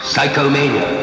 Psychomania